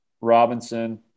Robinson